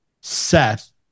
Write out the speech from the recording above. Seth